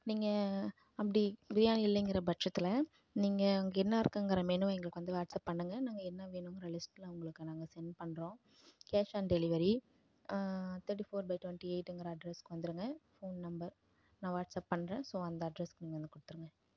நீங்கள் அப்படி பிரியாணி இல்லைங்கிற பட்சத்தில் நீங்கள் அங்கே என்ன இருக்குங்கிற மெனுவை எங்களுக்கு வந்து வாட்ஸ்அப் பண்ணுங்கள் நாங்கள் என்ன வேணுங்கிற லிஸ்ட்லாம் உங்களுக்கு நாங்கள் சென்ட் பண்ணுறோம் கேஷ் ஆன் டெலிவெரி தேட்டி ஃபோர் பை டொண்ட்டி எயிட்டுங்குற அட்ரஸுக்கு வந்துடுங்க ஃபோன் நம்பர் நான் வாட்ஸ்அப் பண்ணுறேன் ஸோ அந்த அட்ரஸுக்கு நீங்கள் வந்து கொடுத்துருங்க